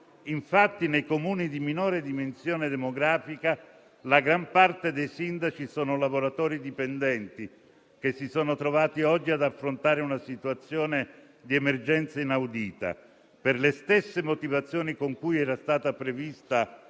Infatti, nei Comuni di minore dimensione demografica la gran parte dei sindaci sono lavoratori dipendenti che si sono trovati oggi ad affrontare una situazione di emergenza inaudita. Per le stesse motivazioni per le quali era stata prevista la possibilità